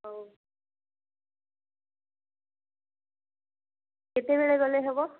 ହଉ କେତେବେଳେ ଗଲେ ହେବ